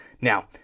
Now